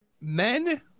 Men